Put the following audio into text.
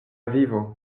vivo